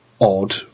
odd